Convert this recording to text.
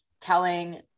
telling